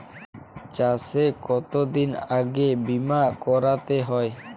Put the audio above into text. চাষে কতদিন আগে বিমা করাতে হয়?